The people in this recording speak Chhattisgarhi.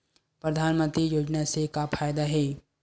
परधानमंतरी योजना से का फ़ायदा हे?